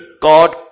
God